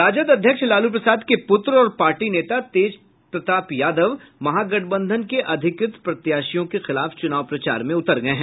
राजद अध्यक्ष लालू प्रसाद के पुत्र और पार्टी नेता तेज प्रताप यादव महागठबंधन के अधिकृत प्रत्याशियों के खिलाफ चुनाव प्रचार में उतर गये हैं